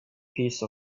piece